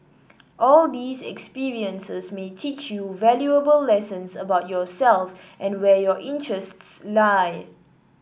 all these experiences may teach you valuable lessons about yourself and where your interests lie